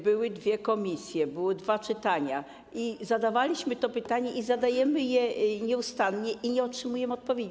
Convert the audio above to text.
Były dwie komisje, były dwa czytania, zadawaliśmy to pytanie, zadajemy je nieustannie i nie otrzymujemy odpowiedzi.